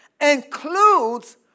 includes